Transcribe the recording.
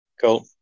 Cool